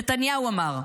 נתניהו אמר,